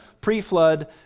pre-flood